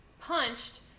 punched